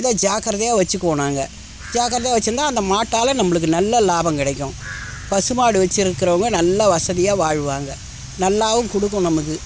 இதை ஜாக்கிரதையாக வெச்சுக்குவோம் நாங்கள் ஜாக்கிரதையாக வைச்சிருந்தா அந்த மாட்டால் நம்பளுக்கு நல்ல லாபம் கிடைக்கும் பசு மாடு வெச்சுருக்குறவங்க நல்ல வசதியாக வாழ்வாங்க நல்லாவும் கொடுக்கும் நமக்கு